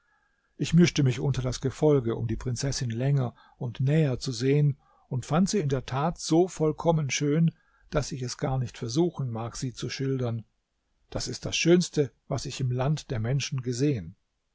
ich mischte mich unter das gefolge um die prinzessin länger und näher zu sehen und fand sie in der tat so vollkommen schön daß ich es gar nicht versuchen mag sie zu schildern das ist das schönste was ich im land der menschen gesehen